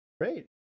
Great